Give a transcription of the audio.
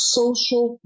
social